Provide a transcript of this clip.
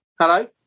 Hello